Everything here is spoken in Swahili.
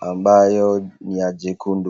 ambayo ni la jekundu.